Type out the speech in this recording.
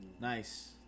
Nice